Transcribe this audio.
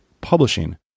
Publishing